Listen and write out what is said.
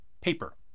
paper